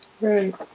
Right